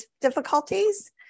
difficulties